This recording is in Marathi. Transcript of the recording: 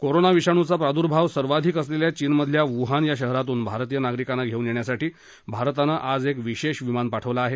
कोरोना विषाणूचा प्रादुर्भाव सर्वाधिक असलेल्या चीनमधल्या वुहान या शहरातून भारतीय नागरिकांना घेऊन येण्यासाठी भारतानं आज एक विशेष विमान पाठवलं आहे